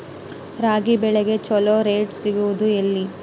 ರಾಗಿ ಬೆಳೆಗೆ ಛಲೋ ರೇಟ್ ಸಿಗುದ ಎಲ್ಲಿ?